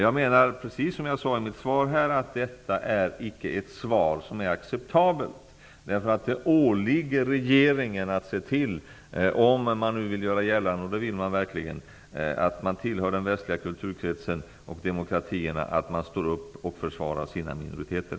Jag menar, precis som jag sade i mitt frågesvar, att detta icke är acceptabelt. Om man nu vill göra gällande -- och det vill man verkligen -- att man tillhör den västliga kulturkretsen och demokratierna åligger det nämligen regeringen att den står upp och försvarar sina minoriteter.